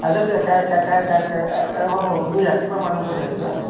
আচ্ছা তো এ হ'ব তুমি ৰাতিপুৱা মানুহ পঠাই দিবা